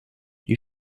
die